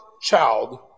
child